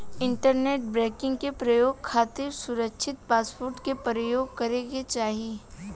internet banking के प्रयोग खातिर सुरकछित पासवर्ड के परयोग करे के चाही